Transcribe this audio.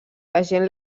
agent